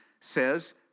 says